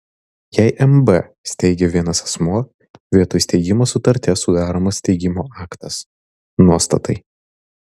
jei mb steigia vienas asmuo vietoj steigimo sutarties sudaromas steigimo aktas nuostatai